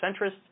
centrist